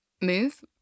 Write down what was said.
move